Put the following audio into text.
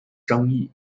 争议